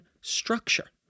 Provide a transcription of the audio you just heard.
structure